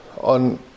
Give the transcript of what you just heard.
on